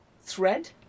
thread